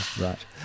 right